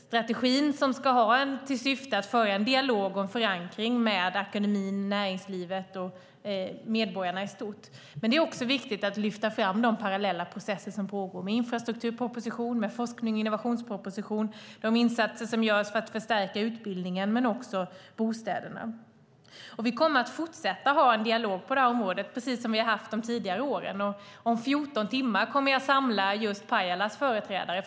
Strategin ska ha till syfte att föra en dialog med och få till stånd en förankring hos akademin, näringslivet och medborgarna i stort. Men det är också viktigt att lyfta fram de parallella processer som pågår med infrastrukturproposition, med forsknings och innovationsproposition, med de insatser som görs för att förstärka utbildningen liksom med bostäderna. Vi kommer att fortsätta ha en dialog på det här området precis som vi har haft de tidigare åren. Om 14 timmar kommer jag att samla just Pajalas företrädare.